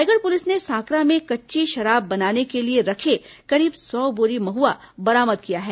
Raigarh police ने सांकरा में कच्ची शराब बनाने के लिए रखे करीब सौ बोरी महुआ बरामद किया है